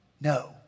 No